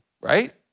right